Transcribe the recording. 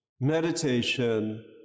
meditation